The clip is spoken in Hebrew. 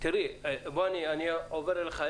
אני עובר אליך,